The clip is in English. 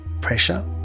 pressure